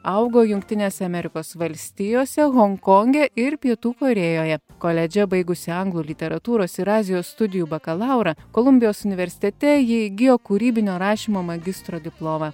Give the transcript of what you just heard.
augo jungtinėse amerikos valstijose honkonge ir pietų korėjoje koledže baigusi anglų literatūros ir azijos studijų bakalaurą kolumbijos universitete ji įgijo kūrybinio rašymo magistro diplomą